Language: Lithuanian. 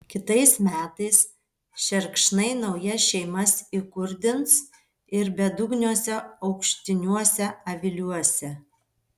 kitais metais šerkšnai naujas šeimas įkurdins ir bedugniuose aukštiniuose aviliuose